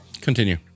Continue